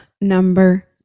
number